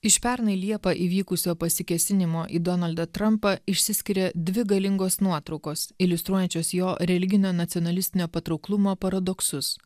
iš pernai liepą įvykusio pasikėsinimo į donaldą trampą išsiskiria dvi galingos nuotraukos iliustruojančios jo religinio nacionalistinio patrauklumo paradoksus